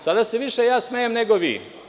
Sada se više ja smejem nego vi.